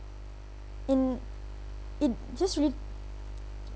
and it just we